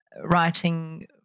writing